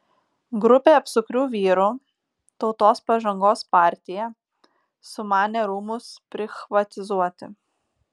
grupė apsukrių vyrų tautos pažangos partija sumanė rūmus prichvatizuoti